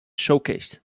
showcase